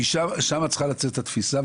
משם צריכה לצאת התפיסה,